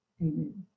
amen